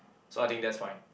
so I think that's fine